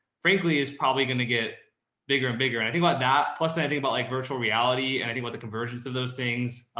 frankly is probably going to get bigger and bigger. and i think about that plus i i think about like virtual reality and i think that but the convergence of those things,